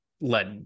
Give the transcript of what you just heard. let